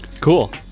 cool